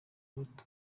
bato